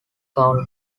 county